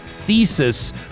thesis